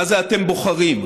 מה זה אתם בוחרים?